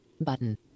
button